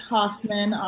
Hoffman